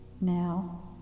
now